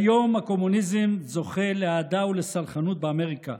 כיום הקומוניזם זוכה לאהדה ולסלחנות באמריקה.